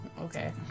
okay